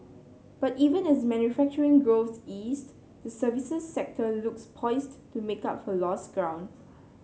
but even as manufacturing growth eased the services sector looks poised to make up for lost ground